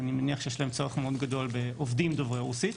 אני מניח שיש להם צורך מאוד גדול בעובדים דוברי רוסית.